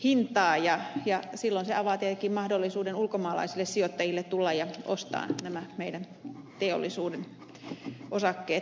silloin se avaa tietenkin mahdollisuuden ulkomaalaisille sijoittajille tulla ja ostaa nämä meidän teollisuuden osakkeet edullisesti